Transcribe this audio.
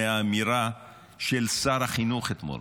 מהאמירה של שר החינוך אתמול.